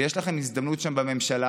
ויש לכם הזדמנות שם בממשלה,